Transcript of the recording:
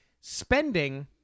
spending